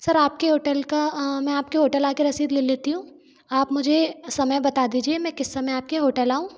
sir आपके hotel का मैं आपके होटल में आ कर रसीद ले लेती हूँ आप मुझे समय बता दीजिए मैं किस समय आपके होटल आऊँ